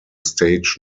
stage